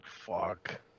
fuck